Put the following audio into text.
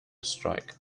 strike